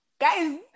Guys